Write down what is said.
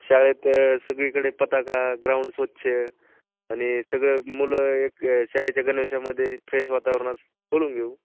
शाळेत सगळीकडे पताका ग्राउंड स्वच्छ आणि सगळं मुलं एक शाळेच्या गणवेशामध्ये फ्रेश वातावरणात बोलावून घेऊ